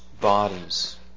bodies